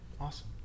Awesome